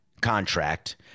contract